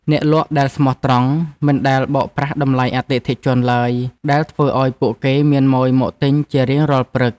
អ្នកលក់ដែលស្មោះត្រង់មិនដែលបោកប្រាស់តម្លៃអតិថិជនឡើយដែលធ្វើឱ្យពួកគេមានម៉ូយមកទិញជារៀងរាល់ព្រឹក។